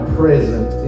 present